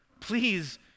Please